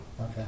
Okay